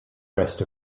rest